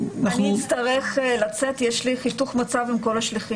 אני אצטרך לצאת, יש לי חיתוך מצב עם כל השליחים.